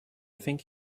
think